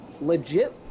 legit